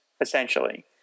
essentially